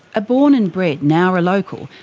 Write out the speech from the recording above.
a born and bred nowra local,